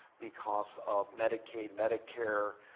because of medicaid, medicare,